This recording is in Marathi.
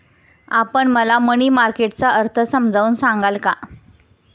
आपण मला मनी मार्केट चा अर्थ समजावून सांगाल का?